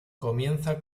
comienza